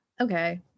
Okay